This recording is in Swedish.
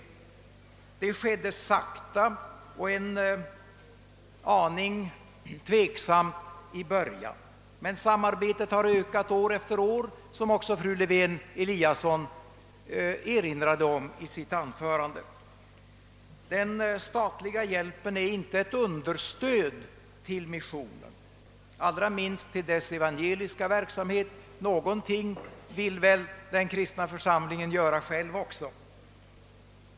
Samarbetet gick sakta och en aning tveksamt i början, men det har ökat år efter år, som också fru Lewén-Eliasson erinrade om i sitt anförande. Den statliga hjälpen är inte ett understöd till missionen, allra minst till dess evangeliska verksamhet. Någonting vill väl den kristna församlingen också göra själv!